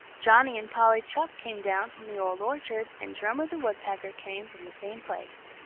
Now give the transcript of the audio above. johnny and polly chuck came down from the old orchard and drummer the woodpecker came from the same place.